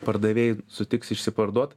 pardavėjai sutiks išsiparduot